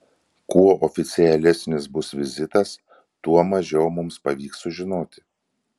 kuo oficialesnis bus vizitas tuo mažiau mums pavyks sužinoti